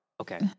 Okay